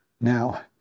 now